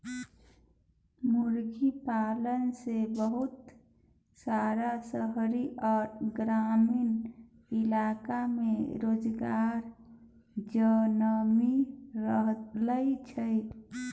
मुर्गी पालन सँ बहुत रास शहरी आ ग्रामीण इलाका में रोजगार जनमि रहल छै